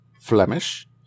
Flemish